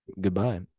Goodbye